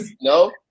No